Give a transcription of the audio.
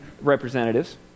representatives